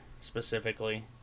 specifically